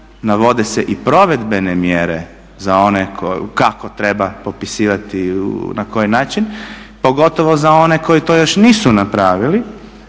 Navode se i provedbene mjere za one kako treba popisivati i na koji način, pogotovo za one koji to još nisu napravili,